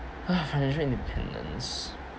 financial independence